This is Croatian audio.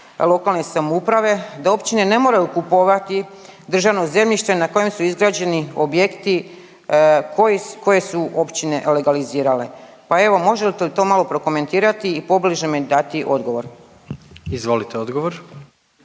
lokalne samouprave, da općine ne moraju kupovati državno zemljište na kojem su izgrađeni objekti koje su općine legalizirale. Pa evo moželte to malo prokomentirati i pobliže mi dati odgovor. **Jandroković,